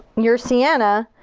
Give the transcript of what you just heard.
your sienna,